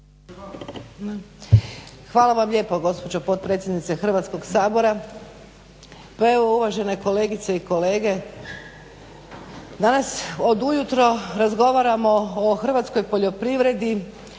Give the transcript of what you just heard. Hvala vam lijepo gospođo potpredsjednice Hrvatskog sabora. Pa evo uvažene kolegice i kolege danas od ujutro razgovaramo o hrvatskoj poljoprivredi